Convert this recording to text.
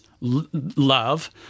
love